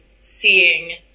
seeing